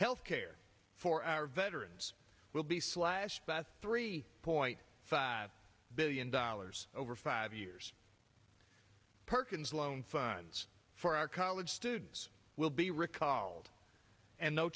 health care for our veterans will be slashed by three point five billion dollars over five years perkins loan funds for our college students will be recalled and no